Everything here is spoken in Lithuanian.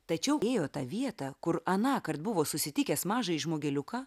tačiau ėjo tą vietą kur anąkart buvo susitikęs mažąjį žmogeliuką